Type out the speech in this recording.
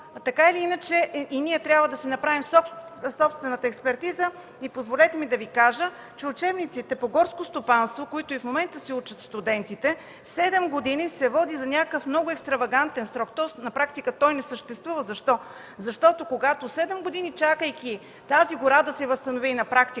така или иначе и ние трябва да си направим собствената експертиза. Позволете ми да Ви кажа, че учебниците по горско стопанство, от които и в момента се учат студентите, седем години се води за някакъв много екстравагантен срок. Тоест на практика той не съществува. Защо? Защото, когато седем години, чакайки тази гора да се възстанови, и на практика